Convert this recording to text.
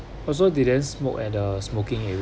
also didn't smoke at a smoking area